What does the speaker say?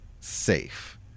safe